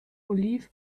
oliv